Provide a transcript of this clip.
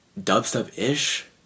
dubstep-ish